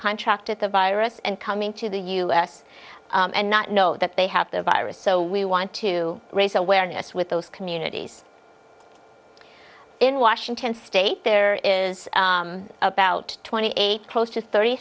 contracted the virus and coming to the u s and not know that they have the virus so we want to raise awareness with those communities in washington state there is about twenty eight close to thirty